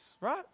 right